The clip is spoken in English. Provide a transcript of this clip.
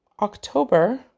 October